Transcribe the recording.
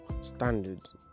standards